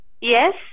Yes